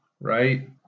right